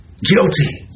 Guilty